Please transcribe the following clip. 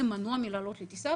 מנוע מלעלות לטיסה.